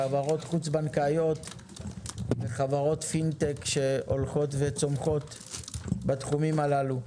חברות חוץ בנקאיות וחברות פינטק שהולכות וצומחות בתחומים הללו.